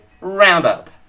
Roundup